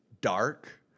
dark